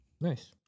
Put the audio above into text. Nice